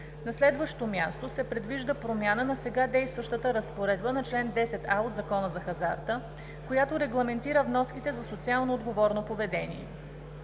На следващо място, се предвижда промяна на сега действащата разпоредба на чл. 10а от Закона за хазарта, която регламентира вноските за социално отговорно поведение.